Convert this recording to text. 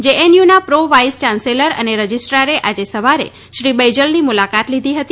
જેએનયુના pro vice chancellor અને રજીસ્ટ્રારે આજે સવારે શ્રી બૈજલની મુલાકાત લીધી હતી